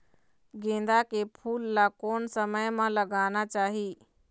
गेंदा के फूल ला कोन समय मा लगाना चाही?